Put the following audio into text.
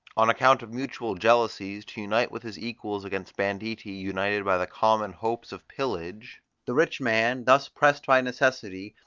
on account of mutual jealousies, to unite with his equals against banditti united by the common hopes of pillage the rich man, thus pressed by necessity,